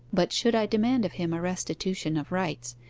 but should i demand of him a restitution of rights,